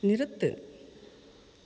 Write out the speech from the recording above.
நிறுத்து